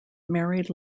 married